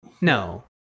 No